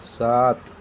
سات